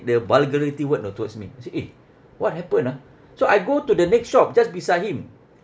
the vulgarity word you know towards me I say eh what happen ah so I go to the next shop just beside him